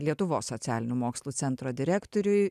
lietuvos socialinių mokslų centro direktoriui